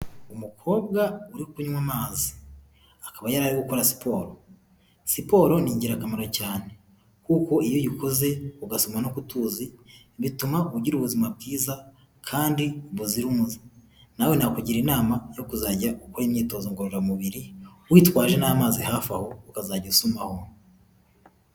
Umukobwa uri kunywa amazi, akaba yari ari gukora siporo, siporo ni ingirakamaro cyane kuko iyo uyikozeze ugasoma no ku tuzi, bituma ugira ubuzima bwiza kandi buzira umuze, nawe nakugira inama zo kuzajya ukora imyitozo ngororamubiri, itwaje n'amazi hafi aho, ukazajya usomaho.